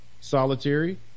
solitary